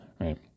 right